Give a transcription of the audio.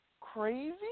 crazy